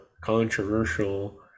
controversial